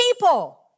people